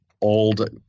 old